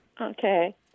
Okay